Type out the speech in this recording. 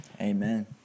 Amen